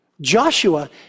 Joshua